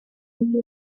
into